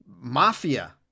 mafia